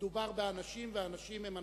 מדובר באנשים ואנשים הם אנשים.